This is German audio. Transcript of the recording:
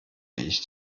ich